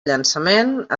llançament